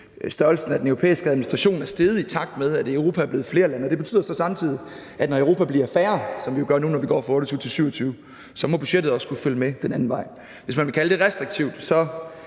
størrelsen af den europæiske administration er steget, i takt med at Europa er blevet flere lande. Og det betyder så samtidig, at når Europa bliver færre, som Europa gør nu, når vi går fra 28 til 27, så må budgettet også skulle følge med den anden vej. Hvis man vil kalde det restriktivt, så